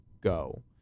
go